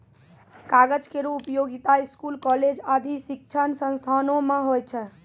कागज केरो उपयोगिता स्कूल, कॉलेज आदि शिक्षण संस्थानों म होय छै